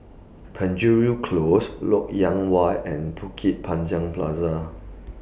Penjuru Close Lok Yang Way and Bukit Panjang Plaza